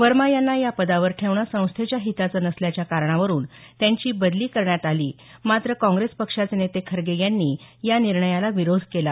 वर्मा यांना या पदावर ठेवणे संस्थेच्या हिताचं नसल्याच्या कारणावरून त्यांची बदली करण्यात आली मात्र काँग्रेस पक्षाचे नेते खरगे यांनी या निर्णयाला विरोध केला